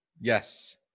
Yes